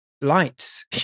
lights